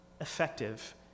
effective